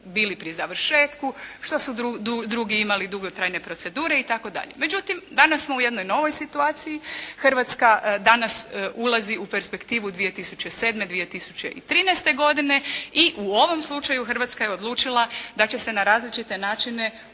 bili pri završetku, što su drugi imali dugotrajne procedure i tako dalje. Međutim, danas smo u jednoj novoj situaciji, Hrvatska danas ulazi u perspektivu 2007./2013. godine, i u ovom slučaju Hrvatska je odlučila da će se na različite načine